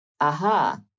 Aha